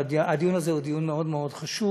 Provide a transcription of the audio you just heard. והדיון הזה הוא דיון מאוד מאוד חשוב.